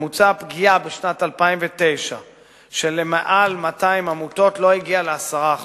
ממוצע הפגיעה בשנת 2009 של יותר מ-200 עמותות לא הגיע ל-10%.